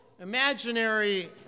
imaginary